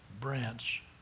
branch